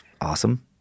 Awesome